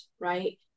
right